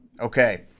okay